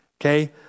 Okay